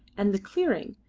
and the clearing,